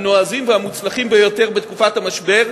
הנועזים והמוצלחים ביותר בתקופת המשבר,